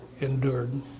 endured